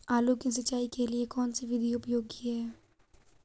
आलू की सिंचाई के लिए कौन सी विधि उपयोगी है?